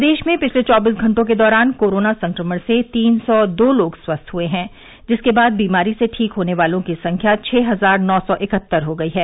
प्रदेश में पिछले चौबीस घटों के दौरान कोरोना संक्रमण से तीन सौ दो लोग स्वस्थ हुए हैं जिसके बाद बीमारी से ठीक होने वालों की संख्या छः हजार नौ सौ इकहत्तर हो गयी है